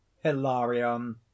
hilarion